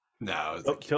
No